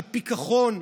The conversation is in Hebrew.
פיכחון,